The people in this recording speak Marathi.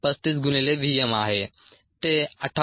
35 गुणिले v m आहे ते 58